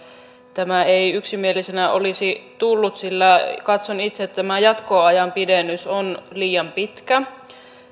tämä ei yksimielisenä olisi tullut sillä katson itse että tämä jatkoajan pidennys on liian pitkä